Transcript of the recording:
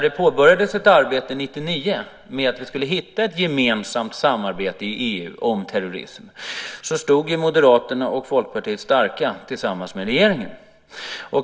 Det påbörjades ett arbete 1999 för att hitta ett gemensamt samarbete i EU om terrorism. Då stod Moderaterna och Folkpartiet starka tillsammans med regeringen.